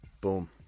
Boom